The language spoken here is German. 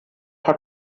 hat